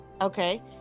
Okay